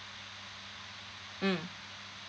mm